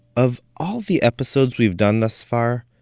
of all the episodes we've done thus far,